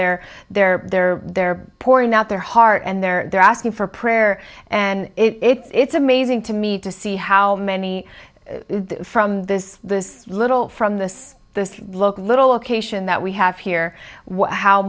they're they're there they're pouring out their heart and they're asking for prayer and it's amazing to me to see how many from this this little from this the local little location that we have here how